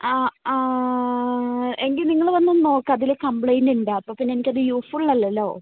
ആ എങ്കിൽ നിങ്ങൾ വന്നു നോക്കൂ അതില് കമ്പളയിൻ്റ് ഉണ്ട് അപ്പം പിന്നെ എനിക്ക് അത് യൂസ്ഫുൾ അല്ലല്ലോ